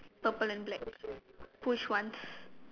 purple and black push once